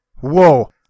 Whoa